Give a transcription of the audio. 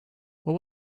what